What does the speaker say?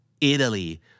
Italy